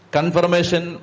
Confirmation